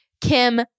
Kim